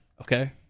Okay